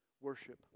worship